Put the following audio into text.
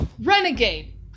Renegade